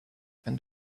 and